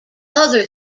other